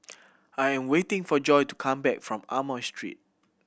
I'm waiting for Joy to come back from Amoy Street